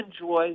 enjoy